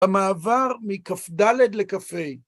המעבר מכ"ד לכ"ה.